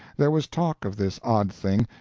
there was talk of this odd thing,